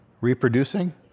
reproducing